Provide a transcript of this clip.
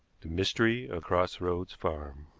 the mystery of cross roads farm